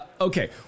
Okay